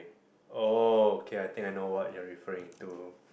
oh okay I think I know what you referring to